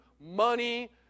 money